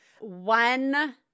one